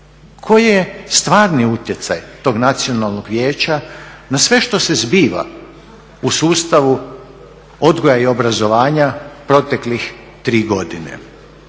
koji je stvarni utjecaj tog nacionalnog vijeća na sve što se zbiva u sustavu odgoja i obrazovanja proteklih tri godine?